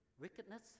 wickedness